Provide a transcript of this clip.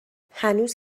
هنوز